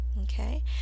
okay